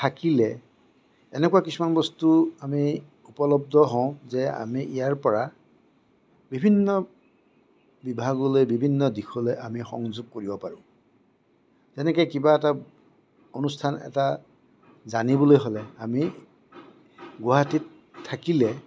থাকিলে এনেকুৱা কিছুমান বস্তু আমি উপলব্ধ হওঁ যে আমি ইয়াৰপৰা বিভিন্ন বিভাগলৈ বিভিন্ন দিশলৈ আমি সংযোগ গঢ়িব পাৰোঁ যেনেকৈ কিবা এটা অনুষ্ঠান এটা জানিবলৈ হ'লে আমি গুৱাহাটীত থাকিলে